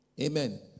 Amen